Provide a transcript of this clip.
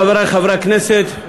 חברי חברי הכנסת,